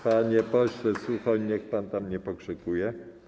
Panie pośle Suchoń, niech pan tam nie pokrzykuje.